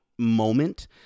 moment